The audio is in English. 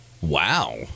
Wow